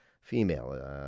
female